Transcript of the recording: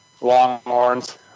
Longhorns